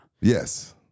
Yes